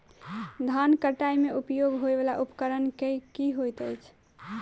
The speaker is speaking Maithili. धान कटाई मे उपयोग होयवला उपकरण केँ होइत अछि?